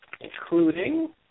including